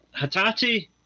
Hatati